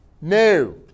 No